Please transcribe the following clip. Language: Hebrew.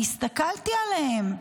אני הסתכלתי עליהם.